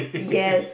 yes